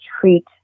treat